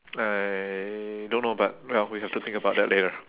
I don't know but well we got to think about that later